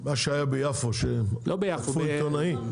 מה שהיה ביפו שתקפו עיתונאי?